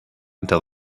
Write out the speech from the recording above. until